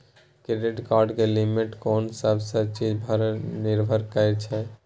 Credit card के limit कोन सब चीज पर निर्भर करै छै?